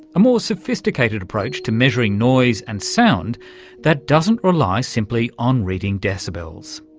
a more sophisticated approach to measuring noise and sound that doesn't rely simply on reading decibels.